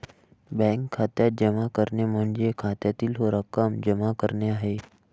bank खात्यात जमा करणे म्हणजे खात्यातील रक्कम जमा करणे आहे